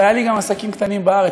והיו לי גם עסקים קטנים בארץ.